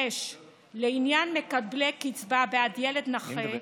5. לעניין מקבלי קצבה בעד ילד נכה,